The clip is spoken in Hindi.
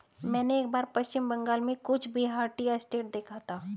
मैंने एक बार पश्चिम बंगाल में कूच बिहार टी एस्टेट देखा था